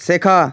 শেখা